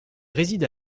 réside